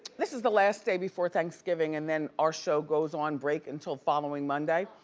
this is the last day before thanksgiving and then our show goes on break until following monday,